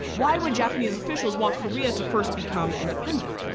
why would japanese officials want korea to first become independent?